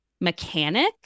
mechanic